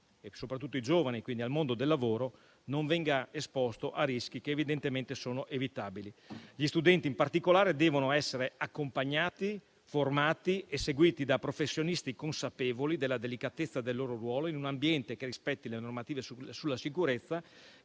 soprattutto i giovani, al mondo del lavoro non venga esposto a rischi che evidentemente sono evitabili. Gli studenti, in particolare, devono essere accompagnati, formati e seguiti da professionisti consapevoli della delicatezza del loro ruolo in un ambiente che rispetti le normative sulla sicurezza